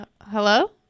Hello